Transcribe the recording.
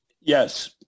Yes